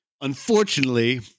unfortunately